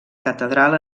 catedral